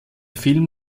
film